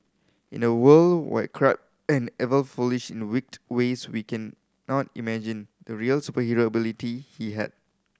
in a world where crime and evil flourished in a wicked ways we cannot imagine the real superhero ability he had